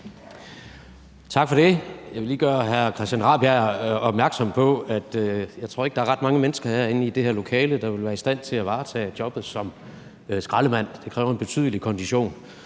Tak for det. Jeg vil lige gøre hr. Christian Rabjerg Madsen opmærksom på, at jeg ikke tror, at der er ret mange mennesker inde i det her lokale, der ville være i stand til at varetage jobbet som skraldemand, for det kræver en betydelig kondition